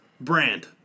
brand